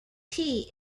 tea